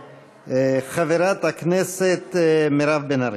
חברת הכנסת מירב בן ארי.